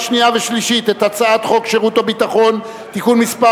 שנייה ושלישית את הצעת חוק שירות ביטחון (תיקון מס'